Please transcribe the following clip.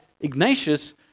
Ignatius